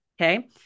Okay